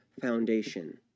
foundation